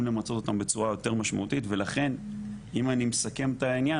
למצות אותם בצורה יותר משמעותית ולכן אם אני מסכם את העניין,